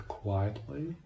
quietly